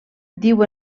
diu